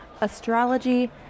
astrology